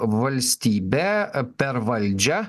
valstybę per valdžią